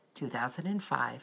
2005